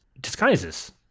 disguises